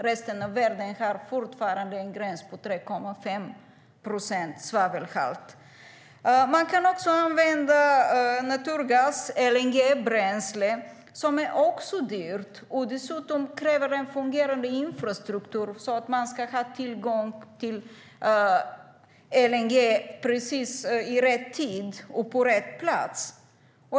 Resten av världen har fortfarande en gräns för svavelhalten på 3,5 procent. Man kan även använda naturgas, LNG-bränsle, som också är dyrt och dessutom kräver en fungerande infrastruktur. Man ska ha tillgång till LNG i precis rätt tid och på rätt plats.